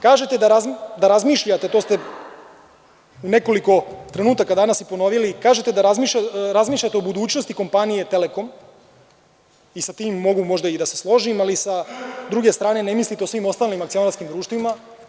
Kažete da razmišljate i to ste u nekoliko trenutaka danas ponovili o budućnosti kompanije „Telekom“ i sa ti mogu možda da se složim, ali sa druge strane, ne mislite o svim ostalim akcionarskim društvima.